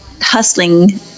hustling